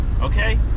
okay